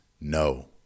no